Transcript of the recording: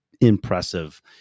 impressive